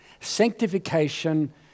sanctification